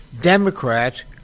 Democrat